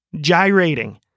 gyrating